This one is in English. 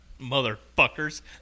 motherfuckers